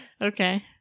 Okay